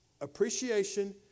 appreciation